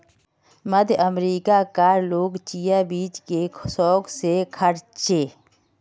मध्य अमेरिका कार लोग जिया बीज के शौक से खार्चे